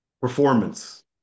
performance